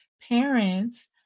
parents